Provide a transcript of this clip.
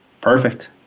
Perfect